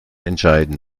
entscheiden